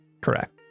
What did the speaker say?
Correct